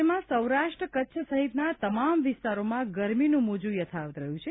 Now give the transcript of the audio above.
રાજ્યમાં સૌરાષ્ટ્ર કચ્છ સહિતના તમામ વિસ્તારોમાં ગરમીનું મોજું યથાવત રહ્યું છે